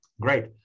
great